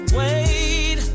wait